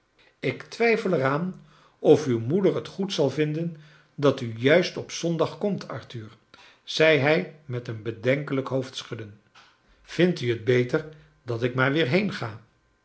ik twijfel er aan of uw moeder het goed zal vinden dat u juist op zondag komt arthur zei hij met een bedenkelijk hoofdschudden vindt u het beter dat ik inaar weer heenga